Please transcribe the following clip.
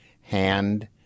hand